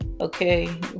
okay